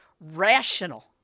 rational